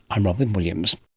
i'm robyn williams